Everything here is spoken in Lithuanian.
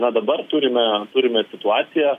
na dabar turime turime situaciją